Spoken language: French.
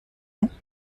ans